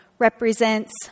represents